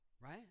right